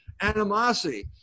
animosity